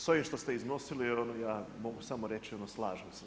Sa ovim što ste iznosili ja mogu samo reći slažem se.